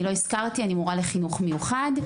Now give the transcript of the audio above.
לא הזכרתי שאני מורה לחינוך מיוחד.